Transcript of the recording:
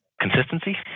Consistency